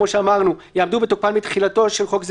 כמו שאמרנו: יעמדו בתוקפן מתחילתו של יום זה